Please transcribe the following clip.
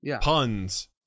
puns